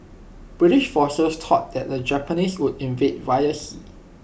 British forces thought that the Japanese would invade via sea